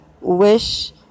wish